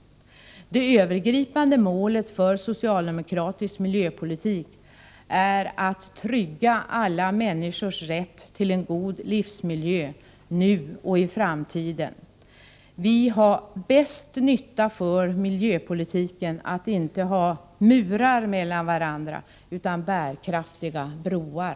Det övergripande målet för socialdemokratisk miljöpolitik är att trygga alla människors rätt till en god livsmiljö nu och i framtiden. Vi får bäst nytta av miljöpolitiken, om vi inte har murar mellan varandra utan bärkraftiga broar.